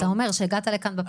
אתה אומר שהגעת לכאן בפעם הראשונה.